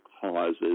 causes